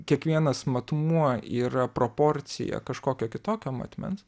kiekvienas matmuo yra proporcija kažkokio kitokio matmens